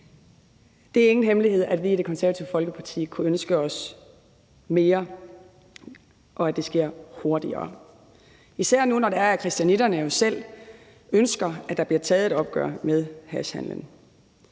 Det er ingen hemmelighed, at vi i Det Konservative Folkeparti kunne ønske os mere, og at det sker hurtigere, især nu, hvor christianitterne jo selv ønsker, at der bliver taget et opgør med hashhandelen.